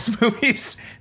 movies